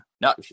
No